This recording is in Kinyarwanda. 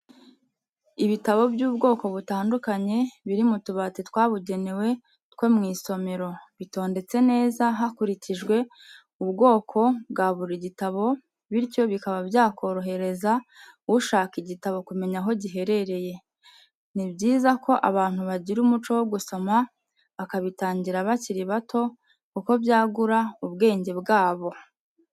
Ibitabo by'ubwoko butandukanye biri mu tubati twabugenewe two mw'isomero, bitondetse neza hakurikijwe ubwo bwa buri gitabo bityo bikaba byakorohereza ushaka igitabo kumenya aho giherereye, ni byiza ko abantu bagira umuco wo gusoma bakabitangira bakiri bato kuko byagura ubwenge bwabo.